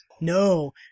No